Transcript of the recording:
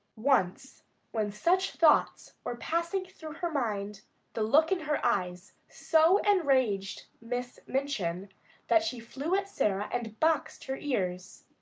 once when such thoughts were passing through her mind the look in her eyes so enraged miss minchin that she flew at sara and boxed her ears.